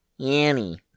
Yanny